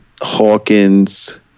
Hawkins